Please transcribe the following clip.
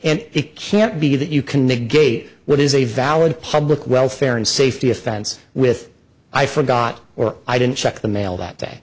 and it can't be that you can negate what is a valid public welfare and safety offense with i forgot or i didn't check the mail that